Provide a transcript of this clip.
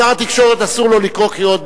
שר התקשורת, אסור לו לקרוא קריאות ביניים,